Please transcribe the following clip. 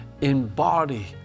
embody